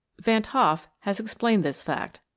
van t hoff has explained this fact.